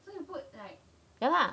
ya lah